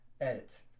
Edit